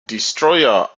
destroyer